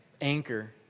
anchor